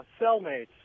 Cellmates